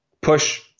push